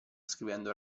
scrivendo